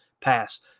pass